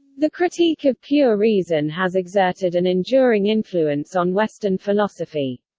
the critique of pure reason has exerted an enduring influence on western philosophy.